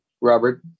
Robert